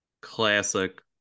classic